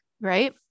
right